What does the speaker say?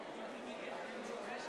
אנחנו צריכים